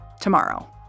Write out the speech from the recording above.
tomorrow